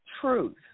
truth